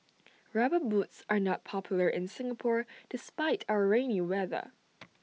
rubber boots are not popular in Singapore despite our rainy weather